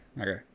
Okay